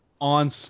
on